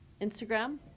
Instagram